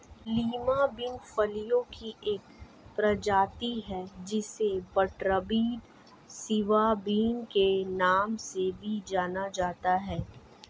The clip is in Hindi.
लीमा बिन फलियों की एक प्रजाति है जिसे बटरबीन, सिवा बिन के नाम से भी जाना जाता है